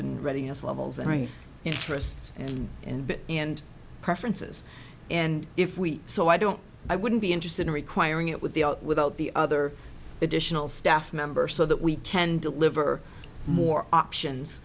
and reading us a level right interests and and and preferences and if we so i don't i wouldn't be interested in requiring it with the out without the other additional staff member so that we can deliver more options